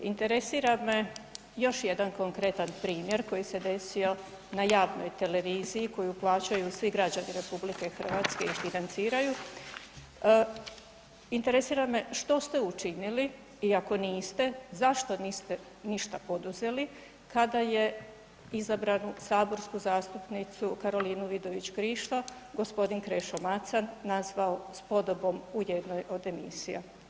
Interesira me još jedan konkretan primjer koji se desio na javnoj televiziji koju plaćaju svi građani RH i financiraju, interesira me što ste učinili i ako niste, zašto niste ništa poduzeli kada je izabranu saborsku zastupnicu Karolinu Vidović Krišto g. Krešo Macan nazvao spodobom u jednoj od emisija?